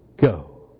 go